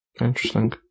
Interesting